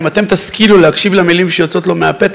אם אתם תשכילו להקשיב למילים שיוצאות לו מהפה,